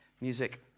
music